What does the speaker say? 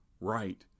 right